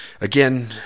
Again